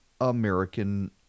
American